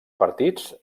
partits